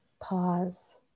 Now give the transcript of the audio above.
Pause